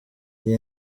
iyi